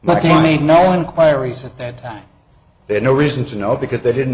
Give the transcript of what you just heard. made now inquiries at that time they had no reason to know because they didn't